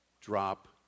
Drop